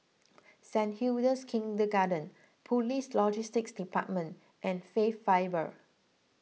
Saint Hilda's Kindergarten Police Logistics Department and Faith Bible